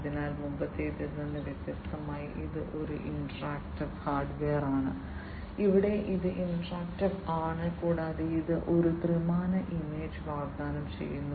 അതിനാൽ മുമ്പത്തേതിൽ നിന്ന് വ്യത്യസ്തമായി ഇത് ഒരു ഇന്ററാക്ടീവ് ഹാർഡ്വെയറാണ് ഇവിടെ ഇത് ഇന്ററാക്ടീവ് ആണ് കൂടാതെ ഇത് ഒരു ത്രിമാന ഇമേജ് വാഗ്ദാനം ചെയ്യുന്നു